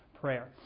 prayer